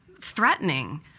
threatening